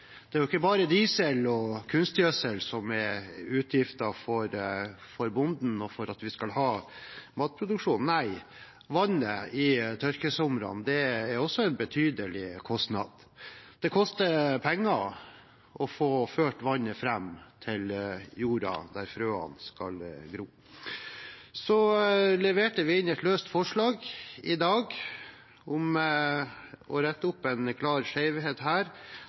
Det er ikke bare diesel og kunstgjødsel som gir utgifter for bonden, og som gjør at vi kan ha matproduksjon – nei, vannet i tørkesomrene har også en betydelig kostnad. Det koster penger å få ført vannet fram til jorda, der frøene skal gro. Vi har altså fremmet et forslag i dag om å rette opp en klar